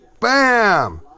Bam